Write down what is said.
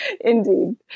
Indeed